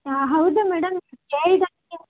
ಹಾಂ ಹೌದಾ ಮೇಡಮ್ ನೀವು ಕೇಳ್ದಂಗೆ